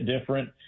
different